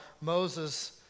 Moses